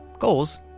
goals